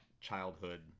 childhood